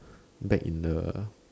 back in the